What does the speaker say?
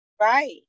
right